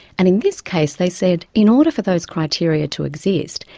and in this case they said, in order for those criteria to exist,